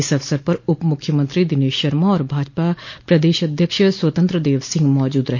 इस अवसर पर उप मुख्यमंत्री दिनेश शर्मा और भाजपा प्रदेश अध्यक्ष स्वतंत्र देव सिंह मौजूद रहे